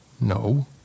No